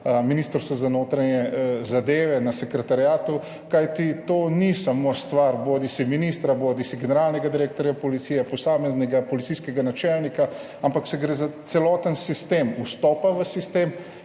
Ministrstva za notranje zadeve na sekretariatu, kajti to ni samo stvar bodisi ministra bodisi generalnega direktorja policije, posameznega policijskega načelnika, ampak gre za celoten sistem vstopa v sistem